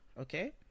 Okay